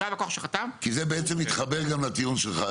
זה בעצם מתחבר גם לטיעון שלך,